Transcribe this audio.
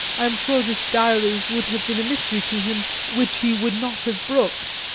i am sure this diary would have been a mystery to him which he would not have brooked.